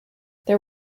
there